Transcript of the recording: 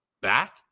back